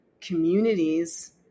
communities